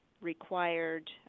required